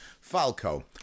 Falco